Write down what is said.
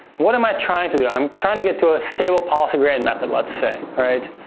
what am i trying to do? i'm trying to get to a stable policy gradient method, let's say, all right?